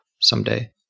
someday